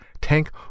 Tank